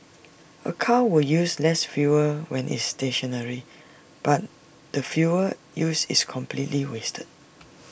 A car will use less fuel when is stationary but the fuel used is completely wasted